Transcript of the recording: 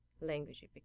language